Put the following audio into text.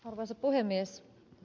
arvoisa puhemies